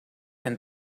and